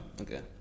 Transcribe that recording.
okay